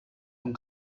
von